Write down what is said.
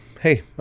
hey